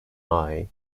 eye